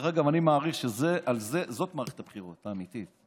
אני מעריך שזאת מערכת הבחירות האמיתית.